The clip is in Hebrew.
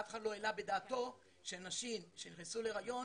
אף אחד לא העלה בדעתו שנשים שנכנסו להיריון,